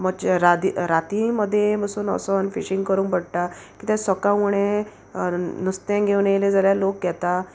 मोदचें राती मोदें पासून वोसोन फिशींग करूंक पोडटा किद्या सोकाळ फुडें नुस्तें घेवन येयलें जाल्यार लोक घेता